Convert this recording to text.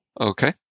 Okay